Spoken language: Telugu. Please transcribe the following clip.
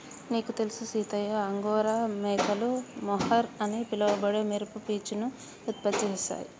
నీకు తెలుసు సీతయ్య అంగోరా మేకలు మొహర్ అని పిలవబడే మెరుపు పీచును ఉత్పత్తి చేస్తాయి